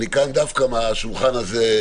דווקא מהשולחן הזה,